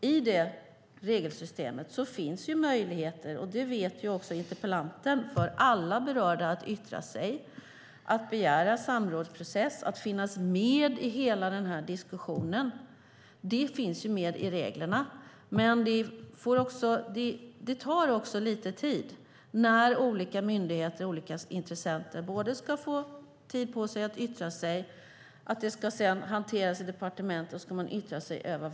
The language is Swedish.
I regelsystemet finns möjligheter - det vet interpellanten - för alla berörda att yttra sig, att begära samråd, att finnas med i hela diskussionen. Men det tar lite tid när olika myndigheter och intressenter ska få tid på sig att yttra sig, ärendet ska hanteras i departement och sedan ska de yttra sig igen.